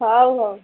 ହଉ ହଉ